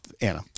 anna